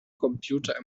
computer